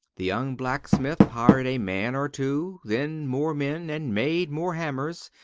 the young blacksmith hired a man or two, then more men, and made more hammers,